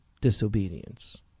disobedience